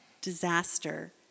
disaster